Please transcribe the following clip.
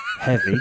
Heavy